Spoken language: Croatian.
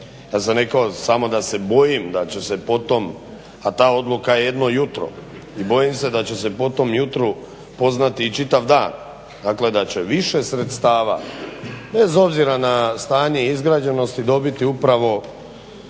Ja sam rekao samo da se bojim da će se po tom, a ta odluka je jedno jutro i bojim se da će se po tom jutru poznati i čitav dan, dakle da će više sredstava bez obzira na stanje izgrađenosti dobiti upravo